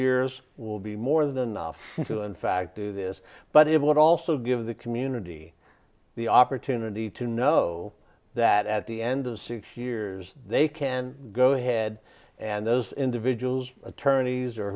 years will be more than enough to in fact do this but it would also give the community the opportunity to know that at the end of six years they can go ahead and those individuals attorneys or